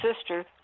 sister